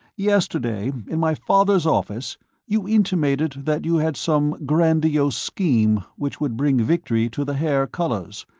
yesterday in my father's office you intimated that you had some grandiose scheme which would bring victory to the haer colors.